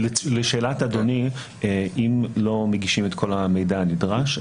לשאלת אדוני, אם לא מגישים את כל המידע הנדרש,